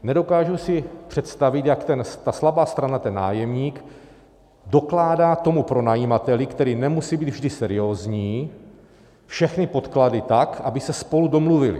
Nedokážu si představit, jak ta slabá strana, ten nájemník, dokládá tomu pronajímateli, který nemusí být vždy seriózní, všechny podklady tak, aby se spolu domluvili.